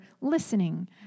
listening